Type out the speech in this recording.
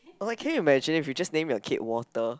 or like can you imagine if you just name your kid water